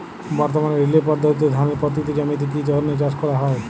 বর্তমানে রিলে পদ্ধতিতে ধানের পতিত জমিতে কী ধরনের চাষ করা হয়?